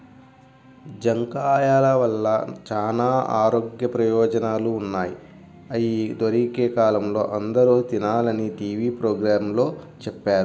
జాంకాయల వల్ల చానా ఆరోగ్య ప్రయోజనాలు ఉన్నయ్, అయ్యి దొరికే కాలంలో అందరూ తినాలని టీవీ పోగ్రాంలో చెప్పారు